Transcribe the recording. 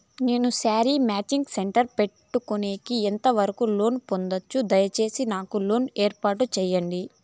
నేను sari matching centre పెట్టుకునేకి ఎంత వరకు లోను పొందొచ్చు? దయసేసి నాకు లోను ఏర్పాటు సేయండి?